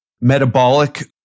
metabolic